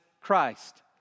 Christ